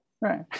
Right